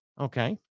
Okay